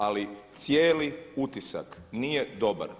Ali cijeli utisak nije dobar.